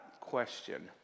question